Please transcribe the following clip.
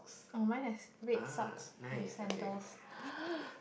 oh mine has red socks and scandals